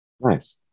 Nice